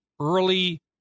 early